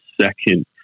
second